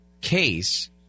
case